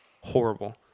Horrible